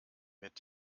mit